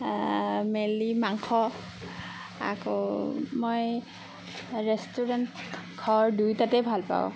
mainly মাংস আকৌ মই ৰেষ্টুৰেণ্ট ঘৰ দুইটাতে ভাল পাওঁ